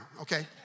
Okay